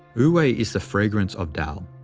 wu-wei is the fragrance of tao.